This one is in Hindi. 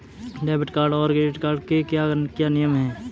डेबिट कार्ड और क्रेडिट कार्ड के क्या क्या नियम हैं?